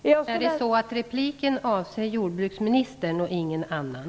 Jag får erinra om att repliken avser jordbruksministern och ingen annan.